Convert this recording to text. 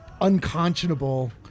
unconscionable